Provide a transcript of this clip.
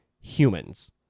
humans